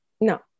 No